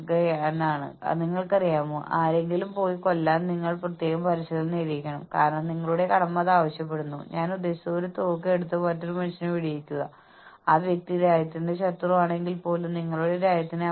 നിർഭാഗ്യവശാൽ പെർഫോമൻസ് സിസ്റ്റങ്ങൾ സഹകരണമല്ല മത്സരമാണ് വർദ്ധിപ്പിക്കുന്നത് കാരണം ഉയർന്ന പ്രകടനം നടത്തുന്നവർക്ക് നൽകാൻ പോകുന്ന ഷെയറിന്റെ ഭാഗത്തിനായി എല്ലാവരും പോരാടുകയാണ്